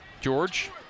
George